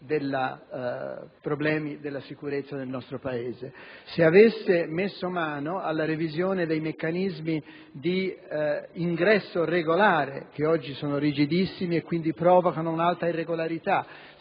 problemi della sicurezza nel nostro Paese; se avesse messo mano alla revisione dei meccanismi di ingresso regolare, che oggi sono rigidissimi e quindi provocano un'alta irregolarità;